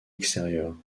extérieure